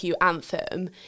anthem